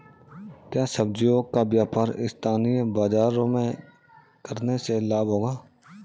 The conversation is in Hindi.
क्या सब्ज़ियों का व्यापार स्थानीय बाज़ारों में करने से लाभ होगा?